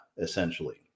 Essentially